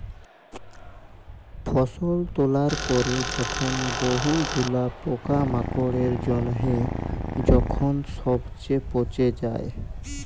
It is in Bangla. ফসল তোলার পরে যখন বহু গুলা পোকামাকড়ের জনহে যখন সবচে পচে যায়